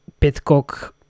Pitcock